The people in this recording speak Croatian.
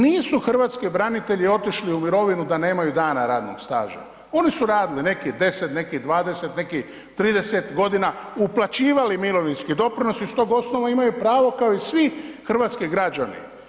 Nisu hrvatski branitelji otišli u mirovinu da nemaju dana radnog staža, oni su radili, neki 10, neki 20, neki 30 godina, uplaćivali mirovinski doprinos i s tog osnova imaju pravo kao i svi hrvatski građani.